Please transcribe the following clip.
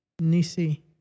Nisi